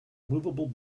moveable